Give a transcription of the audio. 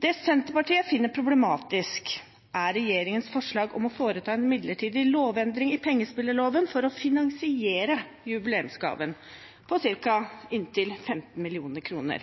Det Senterpartiet finner problematisk, er regjeringens forslag om å foreta en midlertidig lovendring i pengespilloven for å finansiere jubileumsgaven på inntil